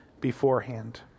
beforehand